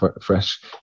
fresh